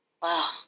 Wow